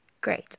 great